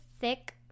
thick